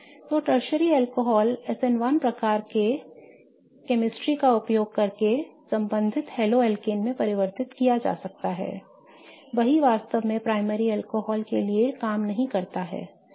तो tertiary alcohol SN1 प्रकार के रसायन विज्ञान का उपयोग करके संबंधित हेलो एल्केन में परिवर्तित किया जा सकता है वही वास्तव में प्राइमरी अल्कोहल के लिए काम नहीं करता है